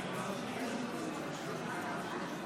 אז זה אומר שאתם